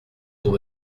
pour